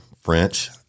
French